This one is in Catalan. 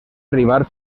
arribar